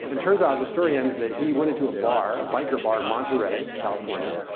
and turns out, the story ends that he went into a bar a biker bar in monterey, california.